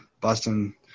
Boston